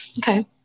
Okay